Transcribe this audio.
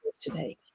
today